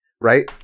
right